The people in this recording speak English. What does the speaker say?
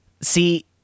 See